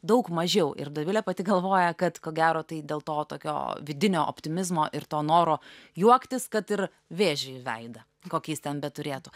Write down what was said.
daug mažiau ir dovilė pati galvoja kad ko gero tai dėl to tokio vidinio optimizmo ir to noro juoktis kad ir vėžiui į veidą kokį jis ten beturėtų